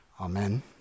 amen